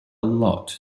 lot